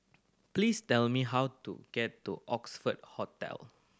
please tell me how to get to Oxford Hotel